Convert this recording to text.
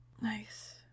Nice